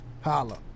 Holla